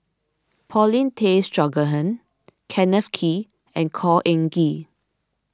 Paulin Tay Straughan Kenneth Kee and Khor Ean Ghee